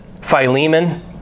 Philemon